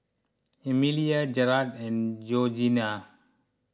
Emelia Jarrad and Georgene